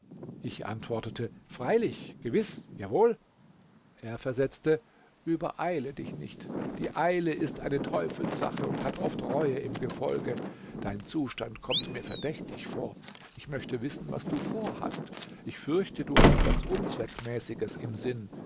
ich antwortete freilich gewiß jawohl er versetzte übereile dich nicht die eile ist eine teufelssache und hat oft reue im gefolge dein zustand kommt mir verdächtig vor ich möchte wissen was du vorhast ich fürchte du hast was unzweckmäßiges im sinn